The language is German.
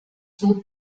zoo